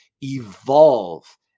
Evolve